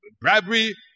Bribery